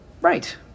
right